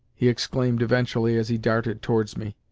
he exclaimed eventually as he darted towards me.